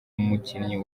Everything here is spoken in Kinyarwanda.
mukinnyi